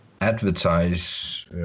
advertise